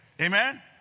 Amen